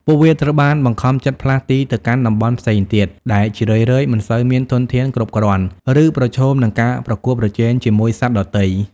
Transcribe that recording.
ពួកវាត្រូវបានបង្ខំចិត្តផ្លាស់ទីទៅកាន់តំបន់ផ្សេងទៀត ដែលជារឿយៗមិនសូវមានធនធានគ្រប់គ្រាន់ ឬប្រឈមនឹងការប្រកួតប្រជែងជាមួយសត្វដទៃ។